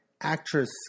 Actress